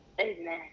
Amen